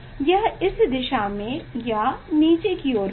यह इस दिशा में या नीचे की ओर होगा